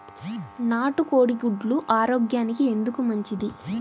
నాటు కోడి గుడ్లు ఆరోగ్యానికి ఎందుకు మంచిది?